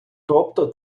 тобто